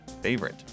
favorite